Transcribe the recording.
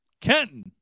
Kenton